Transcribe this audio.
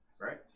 Right